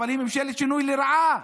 אבל היא ממשלת שינוי לרעה.